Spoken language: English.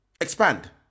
expand